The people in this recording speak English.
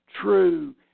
true